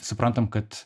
suprantam kad